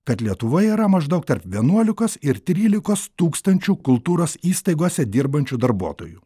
kad lietuvoj yra maždaug tarp vienuolikos ir trylikos tūkstančių kultūros įstaigose dirbančių darbuotojų